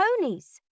ponies